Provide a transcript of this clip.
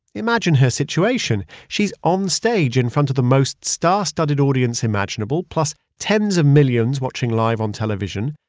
imagine her situation. she's on stage in front of the most star-studded audience imaginable, plus tens of millions watching live on television.